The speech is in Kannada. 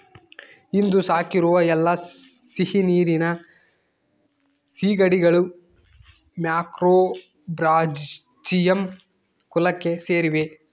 ಇಂದು ಸಾಕಿರುವ ಎಲ್ಲಾ ಸಿಹಿನೀರಿನ ಸೀಗಡಿಗಳು ಮ್ಯಾಕ್ರೋಬ್ರಾಚಿಯಂ ಕುಲಕ್ಕೆ ಸೇರಿವೆ